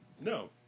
No